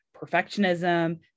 perfectionism